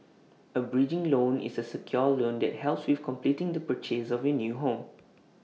A bridging loan is A secured loan that helps with completing the purchase of your new home